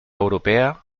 europea